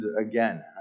again